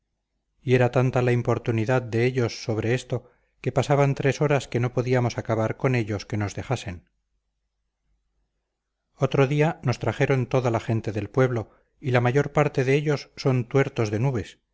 y era tanta la importunidad de ellos sobre esto que pasaban tres horas que no podíamos acabar con ellos que nos dejasen otro día nos trajeron toda la gente del pueblo y la mayor parte de ellos son tuertos de nubes